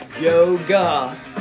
yoga